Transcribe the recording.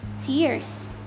tears